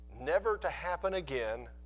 never-to-happen-again